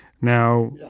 now